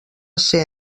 ser